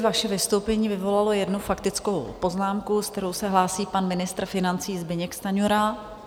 Vaše vystoupení vyvolalo jednu faktickou poznámku, se kterou se hlásí pan ministr financí Zbyněk Stanjura.